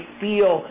feel